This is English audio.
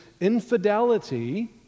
infidelity